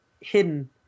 hidden